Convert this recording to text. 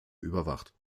überwacht